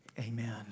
amen